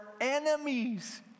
enemies